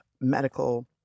medical